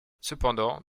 cependant